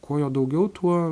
kuo jo daugiau tuo